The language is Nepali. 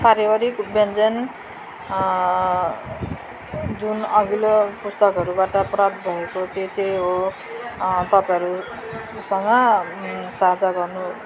पारिवारिक व्यञ्जन जुन अघिल्लो पुस्तकहरूबाट प्राप्त भएको त्यो चाहिँ हो तपाईँहरूसँग साँझा गर्नु